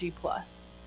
Plus